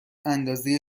اندازه